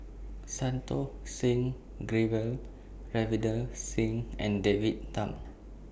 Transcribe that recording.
Santokh Singh Grewal Ravinder Singh and David Tham